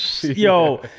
Yo